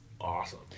awesome